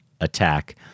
attack